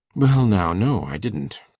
well now, no, i didn't,